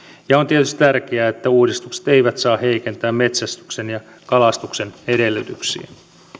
ja on tietysti tärkeää että uudistukset eivät saa heikentää metsästyksen ja kalastuksen edellytyksiä